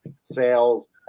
sales